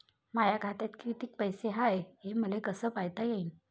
माया खात्यात कितीक पैसे हाय, हे मले कस पायता येईन?